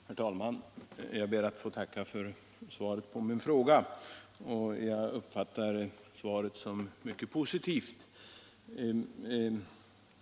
Herr talman! Jag ber att få tacka för svaret, som jag uppfattar som mycket positivt.